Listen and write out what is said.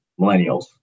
millennials